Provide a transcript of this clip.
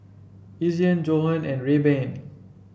Ezion Johan and Rayban